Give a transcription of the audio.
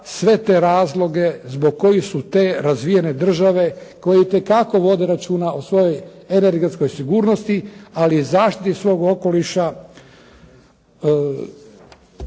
sve te razloge zbog kojih su te razvijene države koje itekako vode računa o svojoj energetskoj sigurnosti, ali i zaštiti svog okoliša,